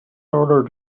order